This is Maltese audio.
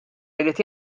jrid